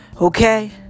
okay